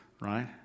right